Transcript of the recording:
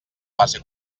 base